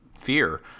fear